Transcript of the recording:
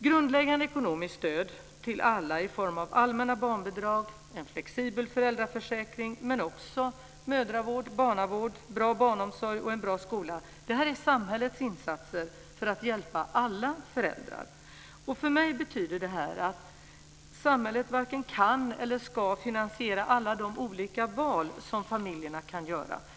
Grundläggande ekonomiskt stöd till alla i form av allmänna barnbidrag, en flexibel föräldraförsäkring men också mödravård, barnavård, bra barnomsorg och en bra skola är samhällets insatser för att hjälpa alla föräldrar. För mig betyder det att samhället varken kan eller ska finansiera alla de olika val som familjerna kan göra.